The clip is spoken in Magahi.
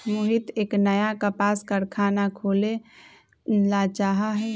मोहित एक नया कपास कारख़ाना खोले ला चाहा हई